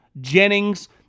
Jennings